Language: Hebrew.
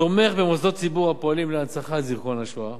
תומך במוסדות ציבור הפועלים להנצחת זיכרון השואה,